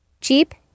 Cheap